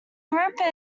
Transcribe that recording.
group